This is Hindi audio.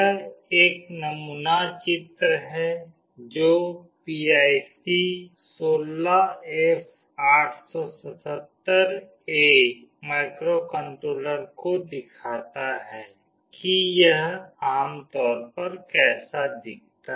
यह एक नमूना चित्र है जो PIC 16F877A माइक्रोकंट्रोलर को दिखाता है कि यह आम तौर पर कैसा दिखता है